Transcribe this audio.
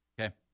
Okay